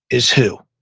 is who?